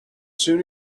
soon